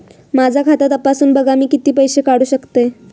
माझा खाता तपासून बघा मी किती पैशे काढू शकतय?